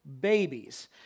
babies